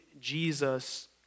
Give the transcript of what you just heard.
Jesus